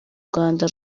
rwanda